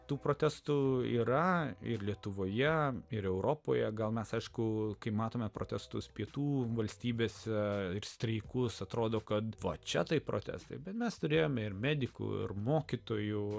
tų protestų yra ir lietuvoje ir europoje gal mes aišku kai matome protestus pietų valstybėse ir streikus atrodo kad va čia tai protestai bet mes turėjome ir medikų ir mokytojų